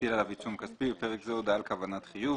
להטיל עליו עיצום כספי (בפרק זה הודעה על כוונת חיוב).